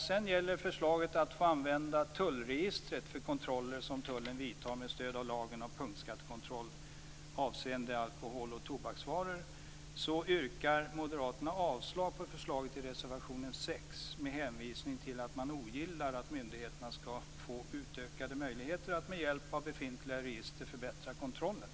Sedan är det förslaget om att få använda tullregistret för kontroller som tullen vidtar med stöd av lagen om punktskattekontroll avseende alkohol och tobaksvaror. Moderaterna yrkar avslag på förslaget i reservation 6, med hänvisning till att man ogillar att myndigheterna skall få utökade möjligheter att med hjälp av befintliga register förbättra kontrollen.